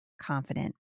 confident